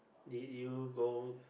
did you go